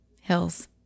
hills